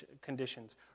conditions